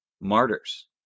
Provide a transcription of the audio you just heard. martyrs